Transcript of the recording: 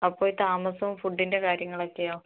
അപ്പോൾ ഈ താമസവും ഫുഡിന്റെ കാര്യങ്ങളൊക്കെയോ